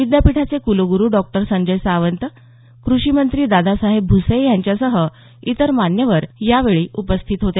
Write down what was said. विद्यापीठाचे कुलगुरू डॉक्टर संजय सावंत कृषी मंत्री दादासाहेब भूसे यांच्यासह इतर मान्यवर यावेळी उपस्थित होते